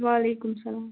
وعلیکُم اسلام